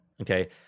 okay